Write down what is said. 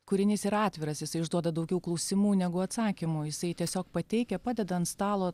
kūrinys yra atviras jisai užduoda daugiau klausimų negu atsakymų jisai tiesiog pateikia padeda ant stalo